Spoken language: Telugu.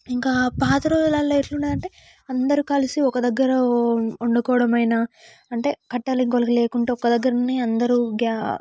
ఇంకా పాత రోజులలో ఎట్లున్నది అంటే అందరు కలిసి ఒక దగ్గర వండుకోవడమైనా అంటే కట్టెలు ఇంకొకరి లేకుంటే ఒక దగ్గరనే అందరు గ్యా